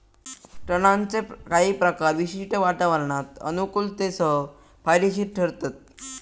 तणांचे काही प्रकार विशिष्ट वातावरणात अनुकुलतेसह फायदेशिर ठरतत